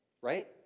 Right